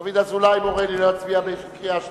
דוד אזולאי מורה לי להצביע בקריאה שלישית.